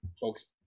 folks